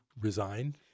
resigned